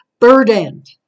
Burdened